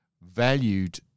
valued